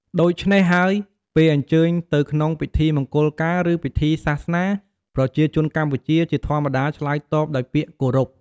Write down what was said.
ដូច្នេះហើយ ពេលអញ្ជើញទៅក្នុងពិធីមង្គលការ ឬពិធីសាសនា ប្រជាជនកម្ពុជាជាធម្មតាឆ្លើយតបដោយពាក្យគោរព។